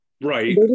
Right